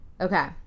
Okay